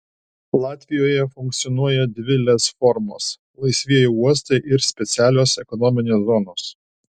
latvijoje funkcionuoja dvi lez formos laisvieji uostai ir specialios ekonominės zonos